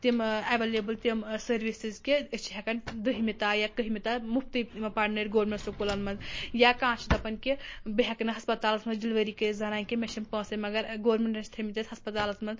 تِم ٲں ایٚویلیبٕل تِم ٲں سٔروِسز کہِ أسۍ چھِ ہیٚکان دٔہمہِ تانۍ یا کٔہمہِ تانۍ مُفتی یِمن پرنٲیِتھ گورمِیٚنٛٹ سکوٗلن منٛز یا کانٛہہ چھُ دپان کہِ بہٕ ہیٚکہٕ نہٕ ہسپتالس منٛز ڈیٚلؤری کٔرِتھ زنانہِ کیٚنٛہہ مےٚ چھِنہٕ پونٛسٔے مگر گورمِنٹَن چھِ تھٲیمِتۍ اسہِ ہسپتالس منٛز